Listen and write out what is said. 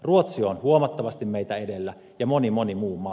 ruotsi on huomattavasti meitä edellä ja moni moni muu maa